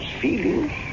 feelings